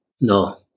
No